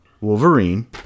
Wolverine